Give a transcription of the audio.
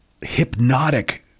hypnotic